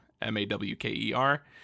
M-A-W-K-E-R